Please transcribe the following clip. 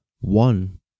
one